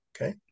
Okay